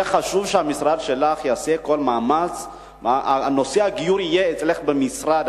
היה חשוב שהמשרד שלך יעשה כל מאמץ כדי שנושא הגיור יהיה אצלך במשרד.